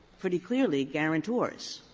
pretty clearly, guarantors.